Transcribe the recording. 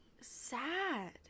sad